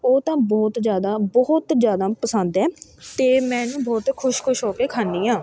ਉਹ ਤਾਂ ਬਹੁਤ ਜ਼ਿਆਦਾ ਬਹੁਤ ਜ਼ਿਆਦਾ ਪਸੰਦ ਹੈ ਅਤੇ ਮੈਂ ਇਹਨੂੰ ਬਹੁਤ ਖੁਸ਼ ਖੁਸ਼ ਹੋ ਕੇ ਖਾਂਦੀ ਹਾਂ